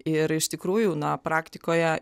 ir iš tikrųjų na praktikoje